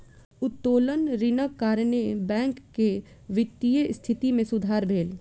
उत्तोलन ऋणक कारणेँ बैंक के वित्तीय स्थिति मे सुधार भेल